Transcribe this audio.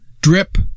Drip